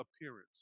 appearance